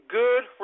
good